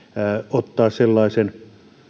ottaa sellaisen